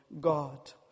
God